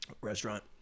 restaurant